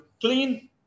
clean